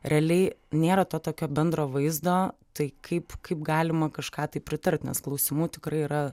realiai nėra to tokio bendro vaizdo tai kaip kaip galima kažką tai pritart nes klausimų tikrai yra